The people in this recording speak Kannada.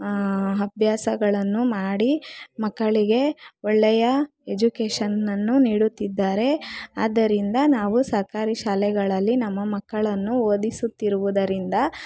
ಅಭ್ಯಾಸಗಳನ್ನು ಮಾಡಿ ಮಕ್ಕಳಿಗೆ ಒಳ್ಳೆಯ ಎಜುಕೇಶನನ್ನು ನೀಡುತ್ತಿದ್ದಾರೆ ಆದ್ದರಿಂದ ನಾವು ಸರ್ಕಾರಿ ಶಾಲೆಗಳಲ್ಲಿ ನಮ್ಮ ಮಕ್ಕಳನ್ನು ಓದಿಸುತ್ತಿರುವುದರಿಂದ